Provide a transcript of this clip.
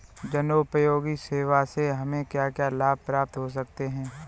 जनोपयोगी सेवा से हमें क्या क्या लाभ प्राप्त हो सकते हैं?